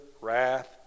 wrath